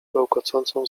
bełkocącą